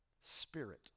Spirit